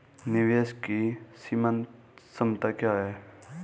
निवेश की सीमांत क्षमता क्या है?